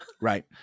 right